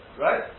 Right